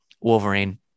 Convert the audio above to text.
Wolverine